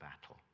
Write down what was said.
battle